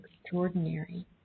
extraordinary